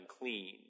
unclean